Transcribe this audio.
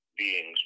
Beings